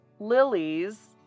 Lilies